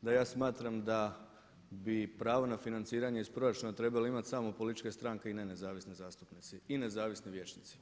da ja smatram da bi pravo na financiranje iz proračuna trebali imati samo političke stranke i ne nezavisni zastupnici i nezavisni liječnici.